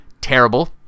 Terrible